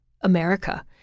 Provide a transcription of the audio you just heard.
America